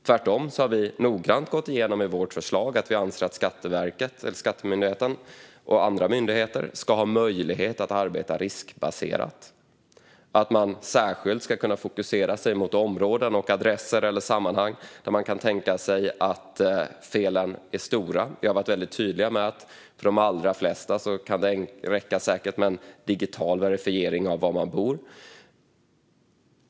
Tvärtom har vi noggrant gått igenom i vårt förslag att vi anser att Skattemyndigheten och andra myndigheter ska ha möjlighet att arbeta riskbaserat och att man särskilt ska kunna fokusera på områden, adresser eller sammanhang där man kan tänka sig att felen är stora. Vi har varit tydliga med att det för de allra flesta säkert kan räcka med en digital verifiering av var man bor.